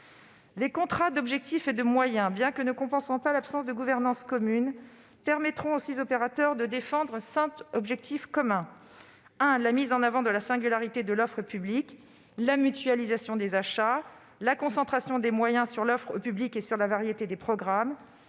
Les contrats d'objectifs et de moyens, bien que ne compensant pas l'absence de gouvernance commune, permettront aux six opérateurs de défendre cinq objectifs communs : la mise en avant de la singularité de l'offre publique, la mutualisation des achats, la concentration des moyens vers l'offre au public et la variété des programmes,